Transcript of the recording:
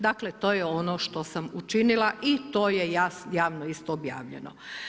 Dakle to je ono što sam učinila i to je javno isti objavljeno.